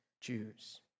Jews